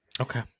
Okay